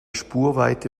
spurweite